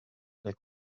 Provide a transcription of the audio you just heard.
les